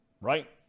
Right